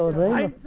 dai